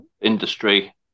industry